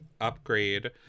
upgrade